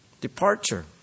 Departure